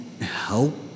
help